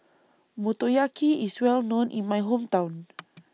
Motoyaki IS Well known in My Hometown